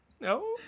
No